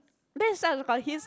then I start to call his